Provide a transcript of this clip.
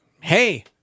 Hey